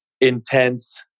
intense